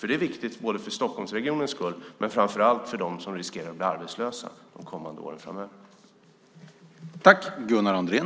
Det är viktigt för Stockholmsregionens skull men framför allt för dem som riskerar att bli arbetslösa under de kommande åren.